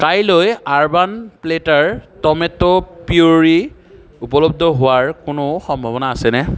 কাইলৈ urban platter tomato puree উপলব্ধ হোৱাৰ কোনো সম্ভাৱনা আছেনে